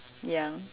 ya